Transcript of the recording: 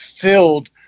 filled